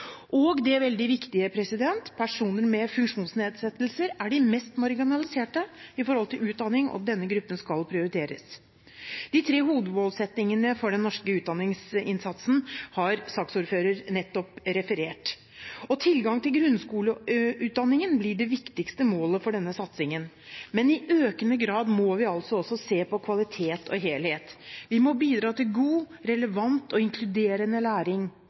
Og det veldig viktige: Personer med funksjonsnedsettelser er de mest marginaliserte når det gjelder utdanning, og denne gruppen skal prioriteres. De tre hovedmålsettingene for den norske utdanningsinnsatsen har saksordføreren nettopp referert. Tilgang til grunnskoleutdanning blir det viktigste målet for denne satsingen, men i økende grad må vi også se på kvalitet og helhet. Vi må bidra til god, relevant og inkluderende læring.